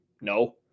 No